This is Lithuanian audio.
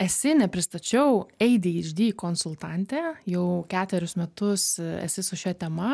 esi nepristačiau adhd konsultantė jau ketverius metus esi su šia tema